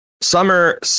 Summer